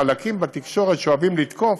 חלקים בתקשורת שאוהבים לתקוף,